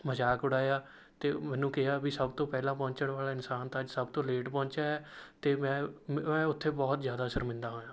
ਮਜ਼ਾਕ ਉਡਾਇਆ ਅਤੇ ਮੈਨੂੰ ਕਿਹਾ ਵੀ ਸਭ ਤੋਂ ਪਹਿਲਾਂ ਪਹੁੰਚਣ ਵਾਲਾ ਇਨਸਾਨ ਤਾਂ ਅੱਜ ਸਭ ਤੋਂ ਲੇਟ ਪਹੁੰਚਿਆ ਹੈ ਅਤੇ ਮੈਂ ਮ ਮੈਂ ਉੱਥੇ ਬਹੁਤ ਜ਼ਿਆਦਾ ਸ਼ਰਮਿੰਦਾ ਹੋਇਆ